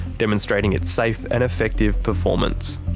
demonstrating its safe and effective performance.